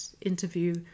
interview